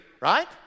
right